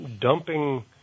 dumping